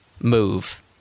move